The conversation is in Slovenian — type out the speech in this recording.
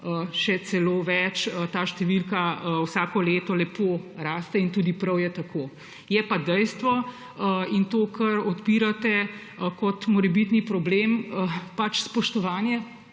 Še celo več, ta številka vsako leto lepo raste in tudi prav je tako. Je pa dejstvo – in to, kar odpirate kot morebitni problem – pač spoštovanje